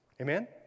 Amen